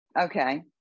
okay